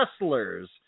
wrestlers